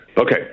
Okay